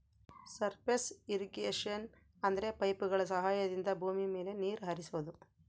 surface irrigation ಅಂದ್ರೆ ಪೈಪ್ಗಳ ಸಹಾಯದಿಂದ ಭೂಮಿ ಮೇಲೆ ನೀರ್ ಹರಿಸೋದು